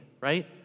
right